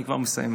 אני כבר מסיים,